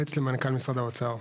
יועץ למנכ"ל משרד האוצר.